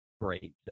great